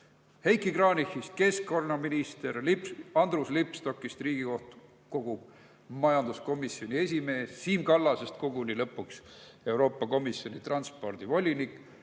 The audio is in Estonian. Heiki Kranichist keskkonnaminister; Andres Lipstokist Riigikogu majanduskomisjoni esimees; Siim Kallasest lõpuks koguni Euroopa Komisjoni transpordivolinik;